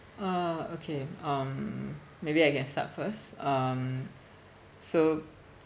uh okay um maybe I can start first um so